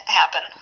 happen